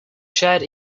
shared